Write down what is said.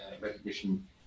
recognition